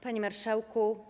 Panie Marszałku!